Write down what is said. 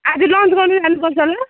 आज लन्च गर्न जानु पर्छ ल